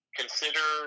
consider